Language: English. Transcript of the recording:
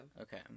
Okay